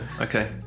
okay